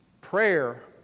Prayer